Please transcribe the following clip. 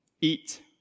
eat